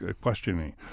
questioning